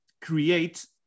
create